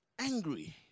angry